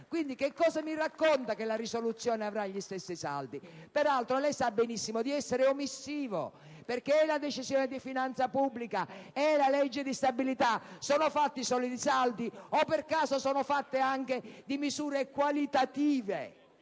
Quindi, che cosa mi racconta che la risoluzione avrà gli stessi saldi? Peraltro, lei sa benissimo di essere omissivo: la Decisione di finanza pubblica e la legge di stabilità sono fatte solo di saldi, o per caso non sono fatte anche di misure qualitative